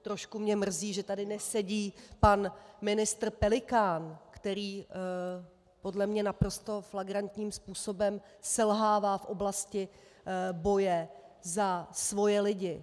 Trošku mě mrzí, že tady dnes nesedí pan ministr Pelikán, který podle mě naprosto flagrantním způsobem selhává v oblasti boje za svoje lidi.